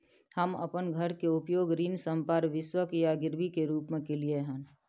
हम अपन घर के उपयोग ऋण संपार्श्विक या गिरवी के रूप में कलियै हन